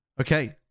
Okay